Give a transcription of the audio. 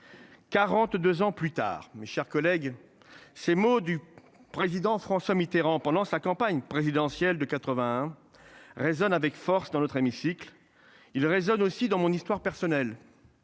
42 ans plus tard, mes chers collègues. Ces mots du président François Mitterrand pendant sa campagne présidentielle de 81. Résonne avec force dans notre hémicycle. Il résonne aussi dans mon histoire personnelle.